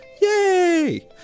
Yay